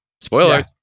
Spoiler